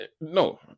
no